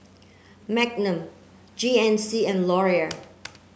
Magnum G N C and Laurier